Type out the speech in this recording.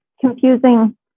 confusing